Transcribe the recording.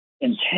intent